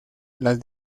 las